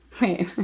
Wait